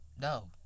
No